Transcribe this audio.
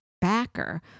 backer